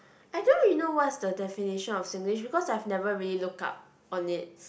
I don't really know what's the definition of Singlish because I've never really looked up on it